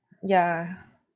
ya